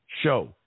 show